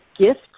gift